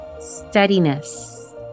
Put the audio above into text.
Steadiness